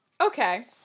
Okay